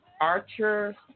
Archer